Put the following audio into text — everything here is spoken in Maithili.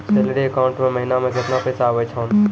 सैलरी अकाउंट मे महिना मे केतना पैसा आवै छौन?